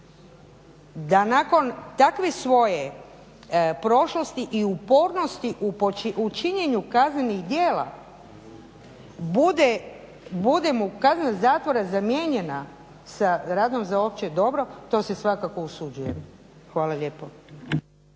da nakon takve svoje prošlosti i upornosti u činjenju kaznenih djela bude mu kazna zatvora zamijenjena za radom za opće dobro to se svakako usuđujem. Hvala lijepo.